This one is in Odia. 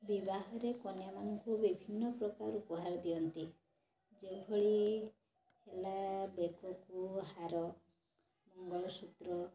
ବିବାହରେ କନ୍ୟାମାନଙ୍କୁ ବିଭିନ୍ନ ପ୍ରକାର ଉପହାର ଦିଅନ୍ତି ଯେଉଁଭଳି ହେଲା ବେକକୁ ହାର ମଙ୍ଗଳସୂତ୍ର